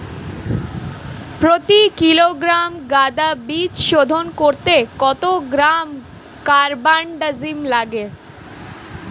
প্রতি কিলোগ্রাম গাঁদা বীজ শোধন করতে কত গ্রাম কারবানডাজিম লাগে?